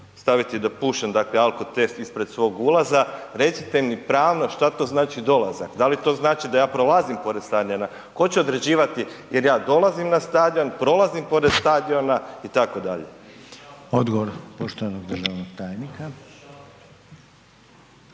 staviti da pušem alkotest ispred svog ulaza? Recite mi pravno što to znači dolazak. Da li to znači da ja prolazim pored stadiona? Tko će određivati jel' ja dolazim na stadion, prolazim porez stadiona itd.? **Reiner, Željko (HDZ)** Odgovor poštovanog državnog tajnika.